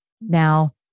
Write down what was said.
Now